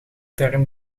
term